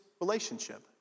relationship